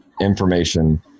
information